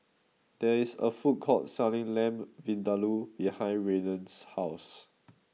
there is a food court selling Lamb Vindaloo behind Raiden's house